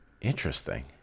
Interesting